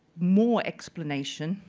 more explanation,